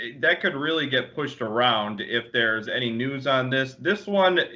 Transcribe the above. that could really get pushed around if there's any news on this. this one,